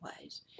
ways